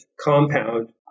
compound